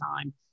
time